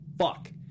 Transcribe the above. fuck